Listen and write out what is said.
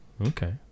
Okay